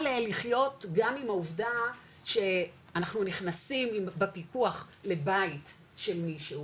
לחיות גם עם העובדה שאנחנו נכנסים בפיקוח לבית של מישהו,